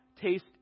taste